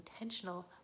intentional